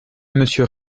monsieur